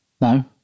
no